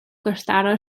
gwrthdaro